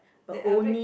the average